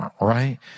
Right